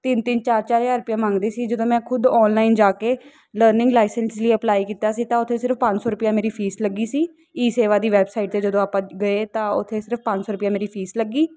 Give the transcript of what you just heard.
ਤਿੰਨ ਤਿੰਨ ਚਾਰ ਚਾਰ ਹਜ਼ਾਰ ਰੁਪਈਆ ਮੰਗਦੇ ਸੀ ਜਦੋਂ ਮੈਂ ਖੁਦ ਆਨਲਾਈਨ ਜਾ ਕੇ ਲਰਨਿੰਗ ਲਾਈਸੈਂਸ ਲਈ ਅਪਲਾਈ ਕੀਤਾ ਸੀ ਤਾਂ ਉੱਥੇ ਸਿਰਫ਼ ਪੰਜ ਸੌ ਰੁਪਈਆ ਮੇਰੀ ਫੀਸ ਲੱਗੀ ਸੀ ਈ ਸੇਵਾ ਦੀ ਵੈਬਸਾਈਟ 'ਤੇ ਜਦੋਂ ਆਪਾਂ ਗਏ ਤਾਂ ਉੱਥੇ ਸਿਰਫ਼ ਪੰਜ ਸੌ ਰੁਪਈਆ ਮੇਰੀ ਫੀਸ ਲੱਗੀ